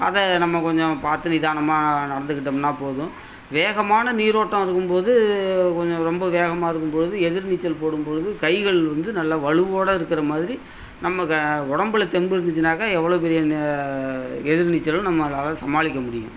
அதை நம்ம கொஞ்சம் பார்த்து நிதானமாக நடந்துக்கிட்டோம்ன்னால் போதும் வேகமான நீரோட்டம் இருக்கும்போது கொஞ்சம் ரொம்ப வேகமாக இருக்கும்பொழுது எதிர் நீச்சல் போடும்பொழுது கைகள் வந்து நல்ல வலுவோட இருக்கிற மாதிரி நம்ம க உடம்புல தெம்பு இருந்துச்சுன்னாக்கா எவ்வளோ பெரிய எதிர் நீச்சலும் நம்மளால் சமாளிக்க முடியும்